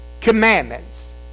Commandments